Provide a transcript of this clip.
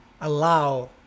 allow